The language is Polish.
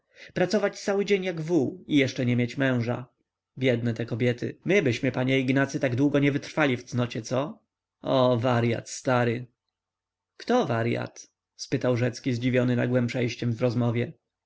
pracować cały dzień jak wół i jeszcze nie mieć męża biedne te kobiety mybyśmy panie ignacy tak długo nie wytrwali w cnocie co o waryat stary kto waryat spytał rzecki zdziwiony nagłem przejściem w rozmowie